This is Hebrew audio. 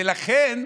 ולכן,